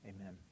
Amen